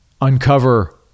uncover